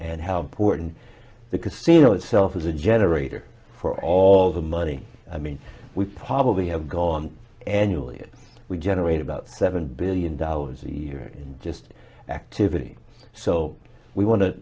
and how important the casino itself is a generator for all the money i mean we probably have gone annually we generate about seven billion dollars a year in just activity so we want to